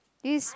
this